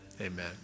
Amen